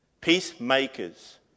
Peacemakers